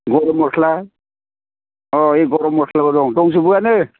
गरम मस्ला अह इयो गरम मस्लाबो दं दंजोबोआनो